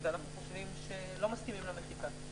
אנחנו לא מסכימים למחיקה.